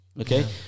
Okay